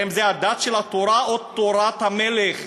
האם זה הדת של התורה או תורת המלך,